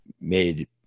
made